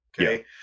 Okay